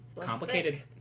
Complicated